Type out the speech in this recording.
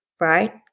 right